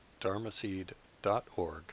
dharmaseed.org